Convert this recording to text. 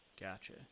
gotcha